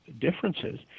differences